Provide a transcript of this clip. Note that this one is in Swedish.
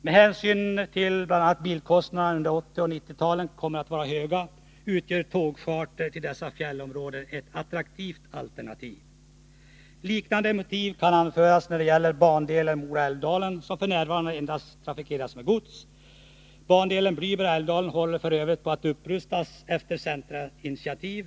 Med hänsyn till att bl.a. bilkostnaderna under 1980 och 1990-talen kommer att vara höga, utgör tågcharter till dessa fjällområden ett attraktivt alternativ. Liknande motiv kan anföras när det gäller bandelen Mora-Älvdalen, som f.n. endast trafikeras med gods. Bandelen Bly berg-Älvdalen håller f.ö. på att upprustas efter centerinitiativ.